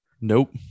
Nope